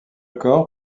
corps